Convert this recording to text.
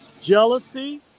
jealousy